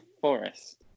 Forest